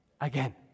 Again